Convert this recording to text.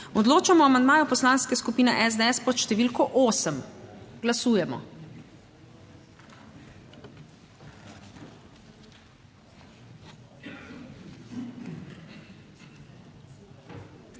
Odločamo o amandmaju Poslanske skupine SDS pod številko štiri. Glasujemo.